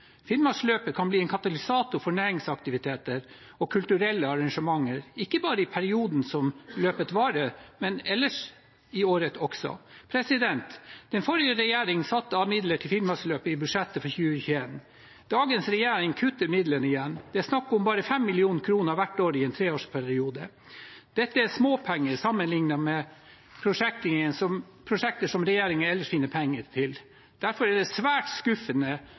Finnmarksløpet kan bli en katalysator for næringsaktiviteter og kulturelle arrangementer, ikke bare i perioden som løpet varer, men ellers i året også. Den forrige regjering satte av midler til Finnmarksløpet i budsjettet for 2021. Dagens regjering kutter midlene igjen, det er snakk om bare 5 mill. kr hvert år i en treårsperiode. Dette er småpenger sammenliknet med prosjekter som regjeringen ellers finner penger til. Derfor er det svært skuffende